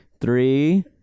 three